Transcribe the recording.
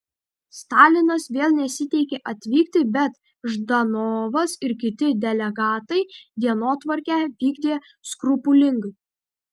stalinas vėl nesiteikė atvykti bet ždanovas ir kiti delegatai dienotvarkę vykdė skrupulingai